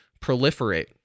proliferate